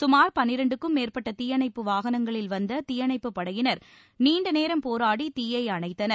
சுமார் பன்னிரண்டுக்கும் மேற்பட்ட தீயணைப்பு வாகனங்களில் வந்த தீயணைப்புப் படையினர் நீண்டநேரம் போராடி தீ யை அணைத்தனர்